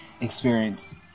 experience